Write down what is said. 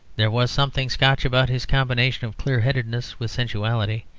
there was something scotch about his combination of clear-headedness with sensuality.